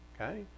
Okay